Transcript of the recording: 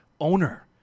owner